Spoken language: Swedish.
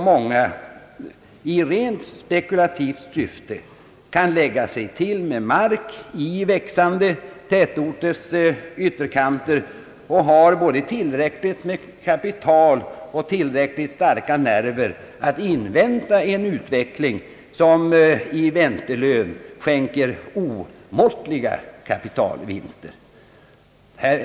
Många kan i rent spekulativt syfte lägga sig till med mark i växande tätorters ytterkanter och ha tillräckligt med kapital och starka nerver för att invänta en utveckling, som i väntelön skänker omåttliga kapitalvinster.